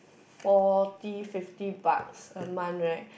forty fifty bucks a month right